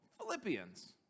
Philippians